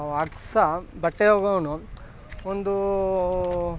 ಅಗಸ ಬಟ್ಟೆ ಒಗೆಯೋನು ಒಂದು